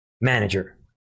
manager